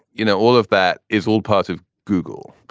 you know, all of that is all part of google.